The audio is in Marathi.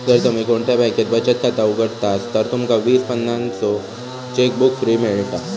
जर तुम्ही कोणत्या बॅन्केत बचत खाता उघडतास तर तुमका वीस पानांचो चेकबुक फ्री मिळता